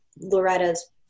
Loretta's